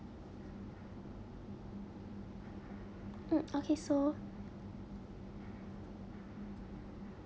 mm okay so